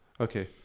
okay